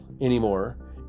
anymore